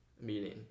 meeting